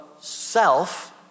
self